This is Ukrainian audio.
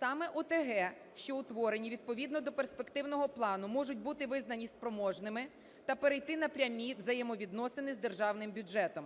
Саме ОТГ, що утворені відповідно до перспективного плану, можуть бути визнані спроможними та перейти на прямі взаємовідносини з державним бюджетом.